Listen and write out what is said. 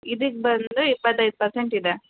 ಇದಕ್ಕೆ ಬಂದರೆ ಇಪತ್ತೈದು ಪರ್ಸೆಂಟ್ ಇದೆ